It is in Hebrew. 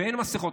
ואין מסכות.